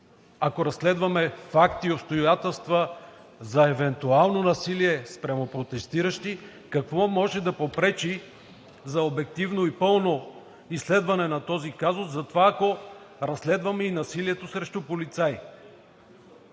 ако разследваме факти и обстоятелства за евентуално насилие спрямо протестиращи? Какво може да попречи за обективно и пълно изследване на този казус и за това, ако разследваме насилието срещу полицаи?